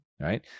right